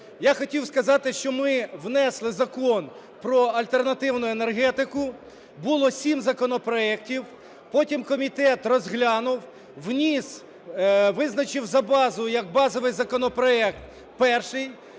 Я хотів сказати, що ми внесли Закон альтернативну енергетику. Було 7 законопроектів, потім комітет розглянув, вніс, визначив за базу як базовий законопроект перший.